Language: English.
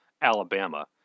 Alabama